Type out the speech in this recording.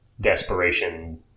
desperation